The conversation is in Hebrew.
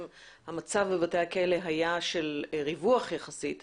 המצב בבתי הכלא היה של ריווח יחסי גם